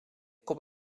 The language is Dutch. kom